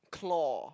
claw